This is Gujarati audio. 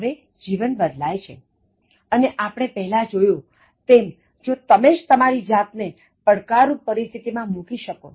હવે જીવન બદલાય છે અને આપણે પહેલાં જોયું તેમ જો તમે જ તમારી જાતને પડકારુપ પરિસ્થિતિ માં મૂકી શકો